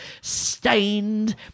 stained